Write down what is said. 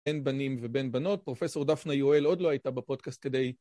בין בנים ובין בנות. פרופסור דפנה יואל עוד לא הייתה בפודקאסט כדי...